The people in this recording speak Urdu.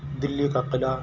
دلّی کا قلعہ